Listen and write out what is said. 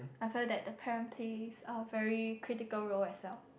I felt that the parent plays a very critical role as well